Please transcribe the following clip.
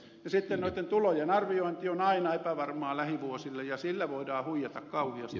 sitten tulojen arviointi on aina epävarmaa lähivuosille ja sillä voidaan huijata kauheasti